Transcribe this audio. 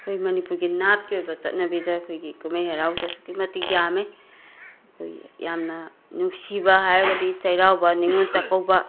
ꯑꯩꯈꯣꯏ ꯃꯅꯤꯄꯨꯔꯒꯤ ꯅꯥꯠꯀꯤ ꯑꯣꯏꯕ ꯆꯠꯅꯕꯤꯗ ꯑꯩꯈꯣꯏꯒꯤ ꯀꯨꯝꯍꯩ ꯍꯔꯥꯎꯁꯦ ꯑꯁꯨꯛꯀꯤ ꯃꯇꯤꯛ ꯌꯥꯝꯃꯦ ꯑꯩꯈꯣꯏꯒꯤ ꯌꯥꯝꯅ ꯅꯨꯡꯁꯤꯕ ꯍꯥꯏꯔꯒꯗꯤ ꯆꯩꯔꯥꯎꯕ ꯅꯤꯉꯣꯟ ꯆꯥꯛꯀꯧꯕ